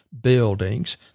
buildings